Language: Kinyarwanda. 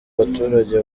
abaturage